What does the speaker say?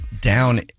down